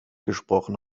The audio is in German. gesprochen